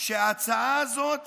שההצעה הזאת